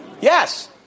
Yes